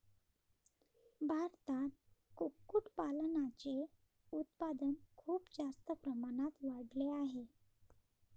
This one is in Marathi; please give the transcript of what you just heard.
भारतात कुक्कुटपालनाचे उत्पादन खूप जास्त प्रमाणात वाढले आहे